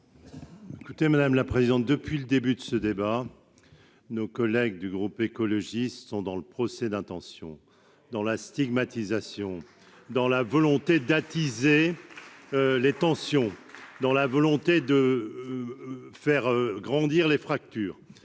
écoutez, madame la présidente, depuis le début de ce débat, nos collègues du groupe écologiste sont dans le procès d'intention dans la stigmatisation dans la volonté d'attiser les tensions dans la volonté de faire grandir les fractures,